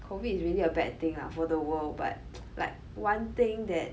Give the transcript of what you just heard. COVID is really a bad thing ah for the world but like one thing that